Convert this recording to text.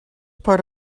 part